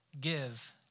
give